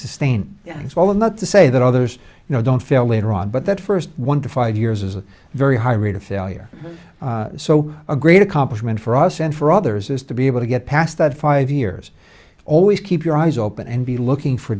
sustain as well not to say that others you know don't fail later on but that first one to five years is a very high rate of failure so a great accomplishment for us and for others is to be able to get past that five years always keep your eyes open and be looking for